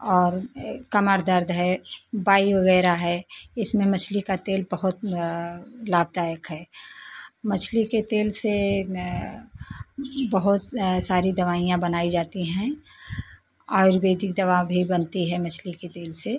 और ये कमर दर्द है वायु वगैरह है इसमें मछली का तेल बहुत लाभदायक है मछली के तेल से ना बहुत सारी दवाइयाँ बनाई जाती हैं आयुर्वेदिक दवा भी बनती है मछली के तेल से